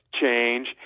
change